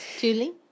Julie